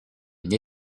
une